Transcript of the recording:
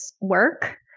work